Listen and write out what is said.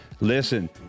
Listen